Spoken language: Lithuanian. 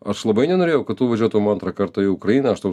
aš labai nenorėjau kad tu važiuotum antrą kartą į ukrainą aš tau